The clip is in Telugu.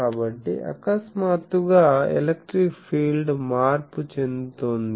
కాబట్టి అకస్మాత్తుగా ఎలక్ట్రిక్ ఫీల్డ్ మార్పు చెందుతోంది